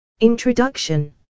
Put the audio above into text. Introduction